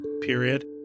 period